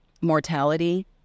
mortality